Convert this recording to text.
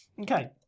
Okay